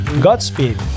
Godspeed